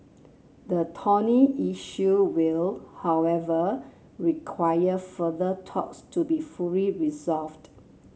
the thorny issue will however require further talks to be fully resolved